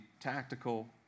tactical